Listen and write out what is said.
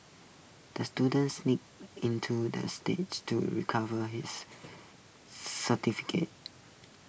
the students into the stage to recover his certificate